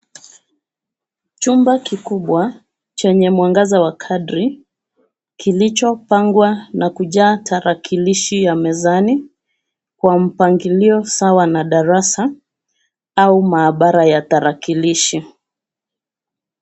Chumba kikubwa, chenye mwangaza wa kadri, kilichopangwa na kujaa tarakilishi ya mezani, kwa mpangilio sawa na darasa, au maabara ya tarakilishi.